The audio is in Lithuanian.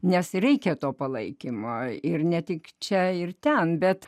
nes reikia to palaikymo ir ne tik čia ir ten bet